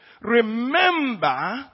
Remember